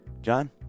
John